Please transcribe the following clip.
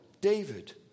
David